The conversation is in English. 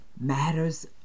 Matters